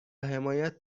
حمایت